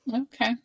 Okay